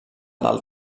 del